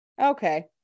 Okay